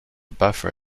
buffer